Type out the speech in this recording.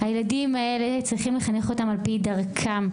הילדים האלה צריכים לחנך אותם על פי דרכם,